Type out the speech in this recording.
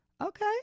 Okay